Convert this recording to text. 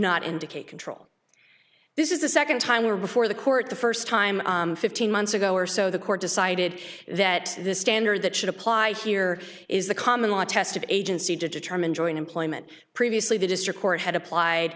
not indicate control this is the second time were before the court the first time fifteen months ago or so the court decided that the standard that should apply here is the common law test of agency to determine joint employment previously the district court had applied